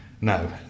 No